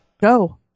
Go